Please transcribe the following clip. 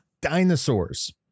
dinosaurs